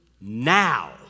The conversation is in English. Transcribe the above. now